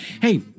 Hey